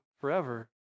forever